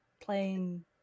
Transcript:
playing